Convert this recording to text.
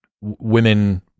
women